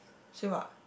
so what